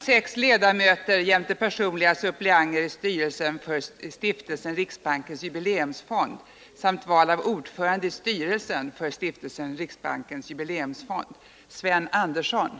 Jag får meddela att val till styrelsen för Stiftelsen Riksbankens jubileumsfond kommer att ske vid morgondagens sammanträde.